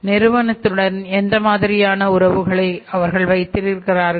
நிறுவனத்துடன் எந்த மாதிரியான உறவுகளை அவர்கள் வைத்திருக்கிறார்கள்